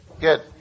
good